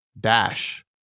dash